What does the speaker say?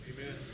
Amen